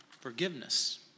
forgiveness